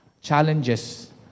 challenges